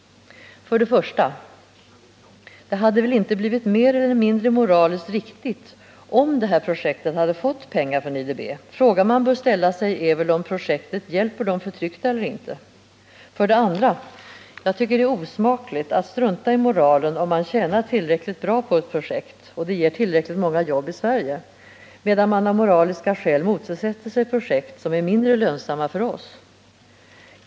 För det första hade det inte blivit mer eller mindre moraliskt riktigt, om det här projektet hade fått pengar från IDB. Frågan man bör ställa sig är väl om projektet hjälper de förtryckta eller inte. För det andra tycker jag det är osmakligt att strunta i moralen om man tjänar tillräckligt bra på ett projekt och om det ger tillräckligt många jobb i Sverige, medan man av moraliska skäl motsätter sig projekt som är mindre lönsamma för oss.